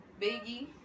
Biggie